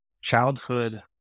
childhood